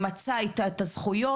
תמצה איתה את הזכויות.